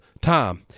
time